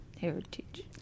heritage